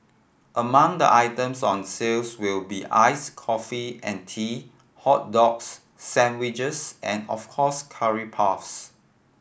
among the items on sales will be ice coffee and tea hot dogs sandwiches and of course curry puffs